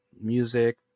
music